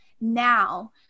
now